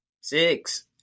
Six